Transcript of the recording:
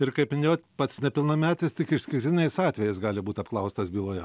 ir kaip minėjot pats nepilnametis tik išskirtinais atvejais gali būt apklaustas byloje